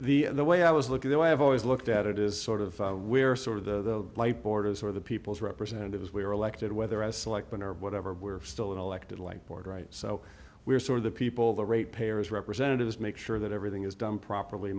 so the way i was looking though i have always looked at it is sort of we're sort of the light boarders or the people's representatives we are elected whether as selectman or whatever we're still elected like board right so we're sort of the people the rate payers representatives make sure that everything is done properly